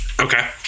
Okay